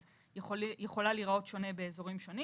אז היא יכולה להיראות שונה באזורים שונים.